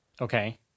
okay